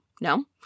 No